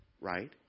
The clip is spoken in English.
right